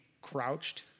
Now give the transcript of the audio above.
crouched